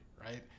right